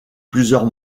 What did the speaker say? plusieurs